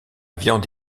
viande